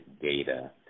data